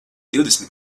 divdesmit